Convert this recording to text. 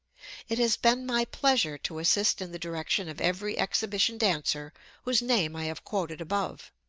it has been my pleasure to assist in the direction of every exhibition dancer whose name i have quoted above.